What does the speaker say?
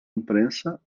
imprensa